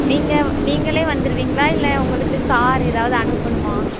நீங்கள் நீங்களே வந்துடுவீங்களா இல்லை உங்களுக்கு கார் ஏதாவது அனுப்பணுமா